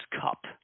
Cup